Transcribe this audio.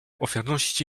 ofiarności